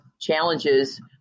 challenges